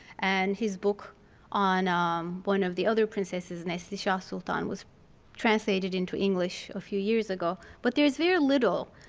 and his book on um one of the other princesses, neslishah sultan was translated into english a few years ago. but there's very little.